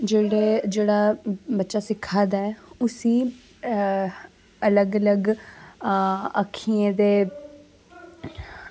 जेह्ड़े जेह्ड़ा बच्चा सिक्खा दा ऐ उस्सी अलग अलग अक्खियें दे